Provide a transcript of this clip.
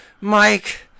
Mike